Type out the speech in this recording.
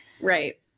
Right